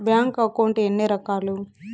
bank account ఎన్ని రకాలు